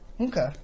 Okay